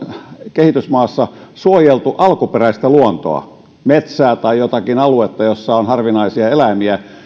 kehitysmaassa suojeltu alkuperäistä luontoa metsää tai jotakin aluetta jossa on harvinaisia eläimiä